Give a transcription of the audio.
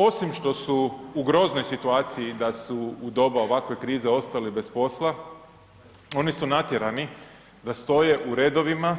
Osim što su u groznoj situaciji da su u doba ovakve krize ostali bez posla oni su natjerani da stoje u redovima